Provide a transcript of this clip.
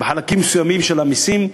בחלקים מסוימים של המסים,